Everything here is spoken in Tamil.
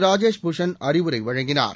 ராஜேஷ் பூஷண் அறிவுரை வழங்கினார்